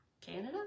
Canada